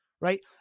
right